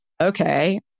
okay